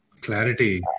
Clarity